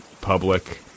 public